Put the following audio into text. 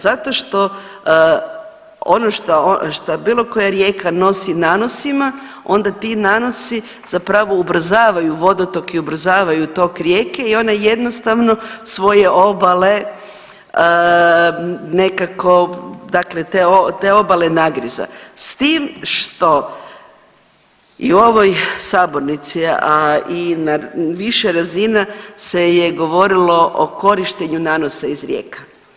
Zato što ono što bilo koja rijeka nosi nanosima, onda ti nanosi zapravo ubrzavaju vodotok i ubrzavaju tok rijeke i ona jednostavno svoje obale nekako dakle te obale nagriza s tim što i u ovoj sabornici, a i na više razina se je govorilo o korištenju nanosa iz rijeka.